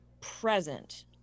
present